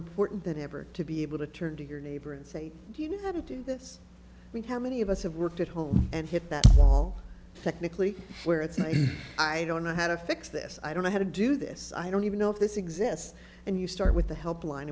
important than ever to be able to turn to your neighbor and say do you know how to do this when how many of us have worked at home and hit that wall technically where it's i don't know how to fix this i don't know how to do this i don't even know if this exists and you start with the help line